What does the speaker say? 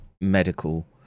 medical